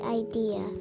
idea